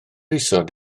isod